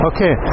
Okay